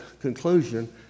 conclusion